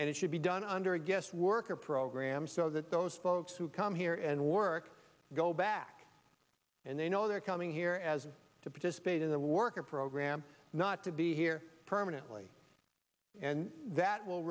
and it should be done under a guest worker program so that those folks who come here and work go back and they know they're coming here as to participate in the worker program not to be here permanently and that will